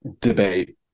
debate